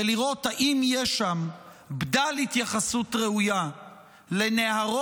ולראות אם יש שם בדל התייחסות ראויה לנהרות